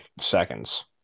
seconds